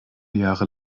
jahre